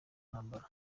ntambara